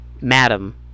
madam